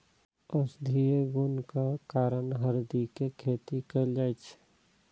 औषधीय गुणक कारण हरदि के खेती कैल जाइ छै